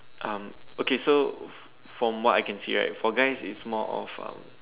um okay so from what I can see right for guys it's more of um